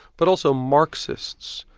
but also marxists,